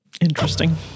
Interesting